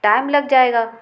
time लग जाएगा